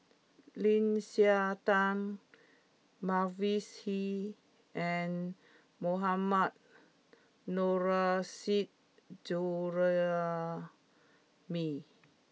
Lim Siah Tong Mavis Hee and Mohammad Nurrasyid Juraimi